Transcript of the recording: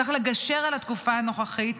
צריך לגשר על התקופה הנוכחית,